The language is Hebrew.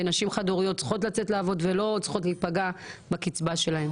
ונשים חד הוריות צריכות לצאת לעבוד ולא צריכות להיפגע בקצבה שלהם.